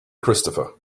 christopher